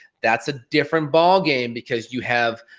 that's a different ball game because you have